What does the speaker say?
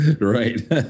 right